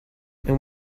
and